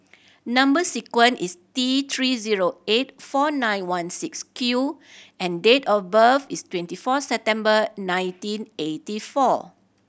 number sequence is T Three zero eight four nine one six Q and date of birth is twenty four September nineteen eighty four